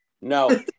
No